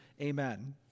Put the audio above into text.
amen